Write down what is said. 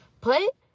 put